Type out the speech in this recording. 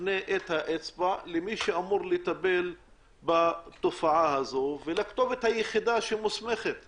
נפנה את האצבע למי שאמור לטפל בתופעה הזו ולכתובת היחידה שמוסמכת